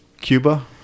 Cuba